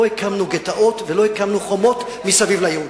לא הקמנו גטאות ולא הקמנו חומות מסביב ליהודים.